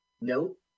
Nope